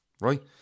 Right